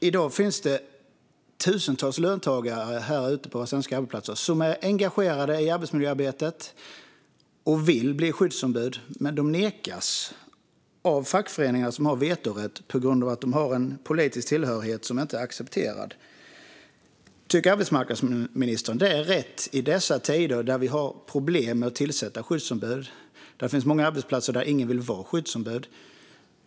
I dag finns det på svenska arbetsplatser tusentals löntagare som är engagerade i arbetsmiljöarbetet och vill bli skyddsombud men nekas av fackföreningar med vetorätt på grund av att de har en politisk tillhörighet som inte är accepterad. Tycker arbetsmarknadsministern att detta är rätt i dessa tider, då vi har problem med att tillsätta skyddsombud? Det finns många arbetsplatser där ingen vill vara skyddsombud.